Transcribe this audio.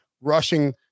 rushing